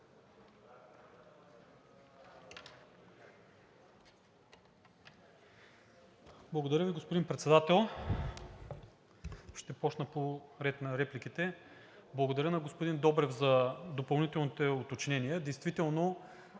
Благодаря Ви, господин Председател. Ще започна по реда на репликите. Благодаря на господин Добрев за допълнителните уточнения. Действително